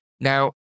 Now